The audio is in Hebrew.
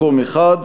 מקום אחד.